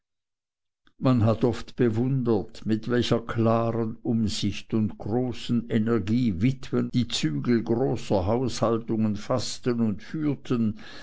man hat oft bewundert mit welcher klaren umsicht und großen energie witwen die zügel großer haushaltungen faßten und führten